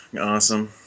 Awesome